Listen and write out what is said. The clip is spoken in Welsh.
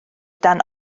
dan